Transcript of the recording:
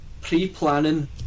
pre-planning